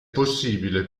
possibile